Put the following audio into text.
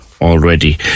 already